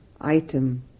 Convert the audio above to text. item